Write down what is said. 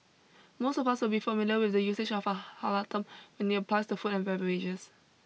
most of us will be familiar with the usage of a halal term when it applies to food and beverages